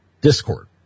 Discord